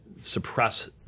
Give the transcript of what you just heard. suppress